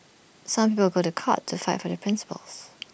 some people go to court to fight for their principles